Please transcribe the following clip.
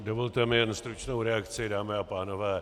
Dovolte mi jen stručnou reakci, dámy a pánové.